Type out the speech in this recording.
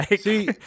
See